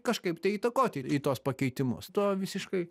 kažkaip tai įtakoti į tuos pakeitimus to visiškai